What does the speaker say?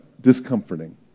discomforting